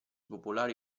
popolari